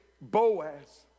Boaz